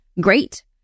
great